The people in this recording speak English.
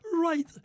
Right